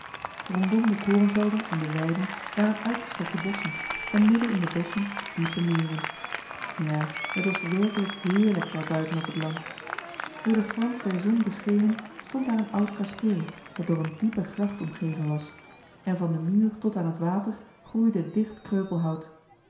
rondom de korenvelden en de weiden waren uitgestrekte bosschen en midden in de bosschen diepe meren ja het was werkelijk heerlijk daar buiten op het land door den glans der zon beschenen stond daar een oud kasteel dat door een diepe gracht omgeven was en van den muur tot aan het water groeide